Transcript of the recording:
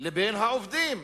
לבין העובדים.